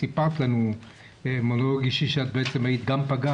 סיפרת לנו מונולוג אישי שהיית גם פגה,